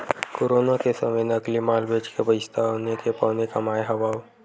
corona के समे नकली माल बेचके पइसा औने के पौने कमाए हवय